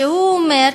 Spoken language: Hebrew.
שאומר,